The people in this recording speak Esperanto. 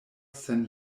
sen